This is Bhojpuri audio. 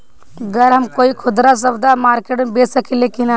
गर हम कोई खुदरा सवदा मारकेट मे बेच सखेला कि न?